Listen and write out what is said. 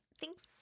Thanks